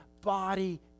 body